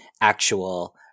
actual